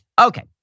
Okay